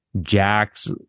Jack's